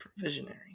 Provisionary